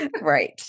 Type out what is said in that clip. right